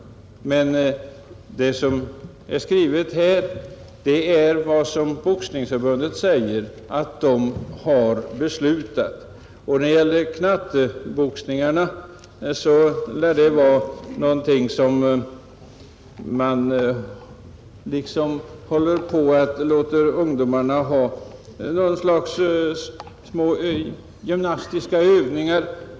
Det som jag förut refererade är emellertid vad Boxningsförbundet säger att man har beslutat. När det gäller knatteboxningarna lär det vara så att man låter ungdomarna bedriva något slags gymnastiska övningar.